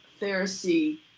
Pharisee